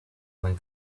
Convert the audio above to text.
when